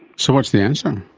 so what's the answer?